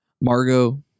Margot